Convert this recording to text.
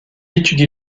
étudie